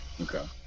Okay